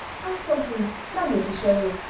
i've something splendid to show you.